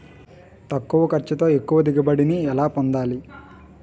తక్కువ ఖర్చుతో ఎక్కువ దిగుబడి ని ఎలా పొందాలీ?